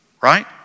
right